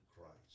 Christ